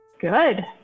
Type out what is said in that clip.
Good